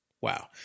Wow